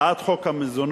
הצעת חוק המזונות